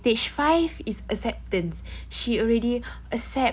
stage five is acceptance she already accept